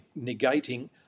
negating